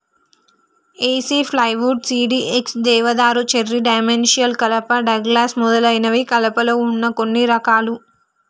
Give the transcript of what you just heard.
ఏసి plywood, CDX, దేవదారు, cherry, dimensional కలప, Douglas మొదలైనవి కలపలో వున్న కొన్ని రకాలు